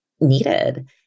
needed